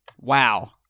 Wow